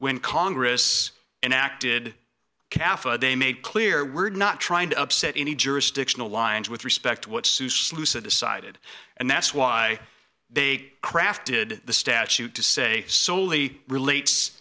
when congress enacted they made clear we're not trying to upset any jurisdictional lines with respect to what susu said decided and that's why they crafted the statute to say solely relates